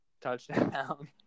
touchdown